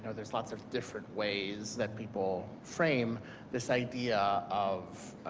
ah there's lot of different ways that people praim this idea of